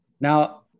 Now